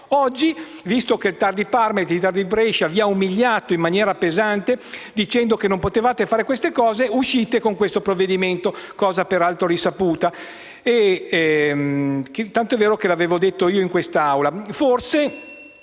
Oggi, visto che i TAR di Parma e di Brescia vi hanno umiliato in maniera pesante dicendo che non potevate fare queste cose, adottate questo provvedimento (cosa per altro risaputa, tanto è vero che l'avevo detto in quest'Assemblea).